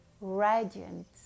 radiant